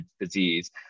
disease